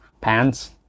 pants